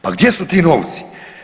Pa gdje su ti novci?